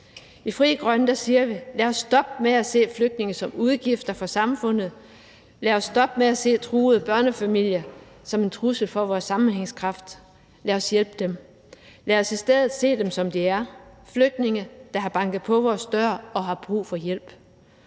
I Frie Grønne siger vi: lad os stoppe med at se flygtninge som udgifter for samfundet, lad os stoppe med at se truede børnefamilier som en trussel for vores sammenhængskraft, lad os hjælpe dem, og lad os i stedet se dem, som de er, nemlig flygtninge, der har banket på vores dør og har brug for hjælp,